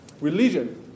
religion